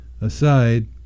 aside